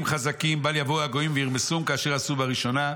חזקים בל יבואו הגויים וירמסום כאשר עשו בראשונה.